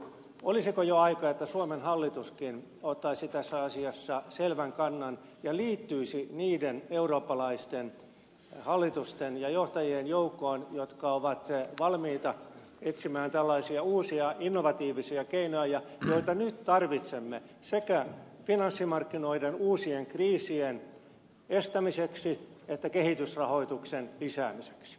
olisiko jo aika että suomen hallituskin ottaisi tässä asiassa selvän kannan ja liittyisi niiden eurooppalaisten hallitusten ja johtajien joukkoon jotka ovat valmiita etsimään tällaisia uusia innovatiivisia keinoja joita nyt tarvitsemme sekä finanssimarkkinoiden uusien kriisien estämiseksi että kehitysrahoituksen lisäämiseksi